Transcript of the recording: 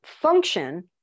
function